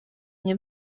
nie